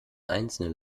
einzelne